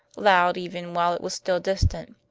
loud even while it was still distant.